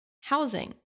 housing